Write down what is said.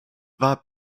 war